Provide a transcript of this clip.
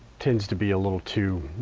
tends to be a little too,